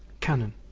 cannon,